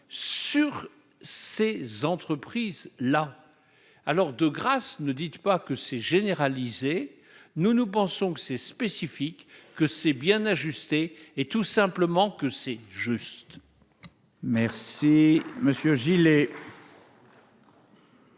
sur ces entreprises-là, alors, de grâce, ne dites pas que c'est généralisé, nous, nous pensons que c'est spécifique que c'est bien ajusté et tout simplement que c'est juste.